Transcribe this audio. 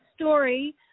story